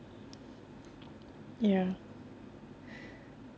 ya